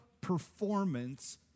performance